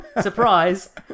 Surprise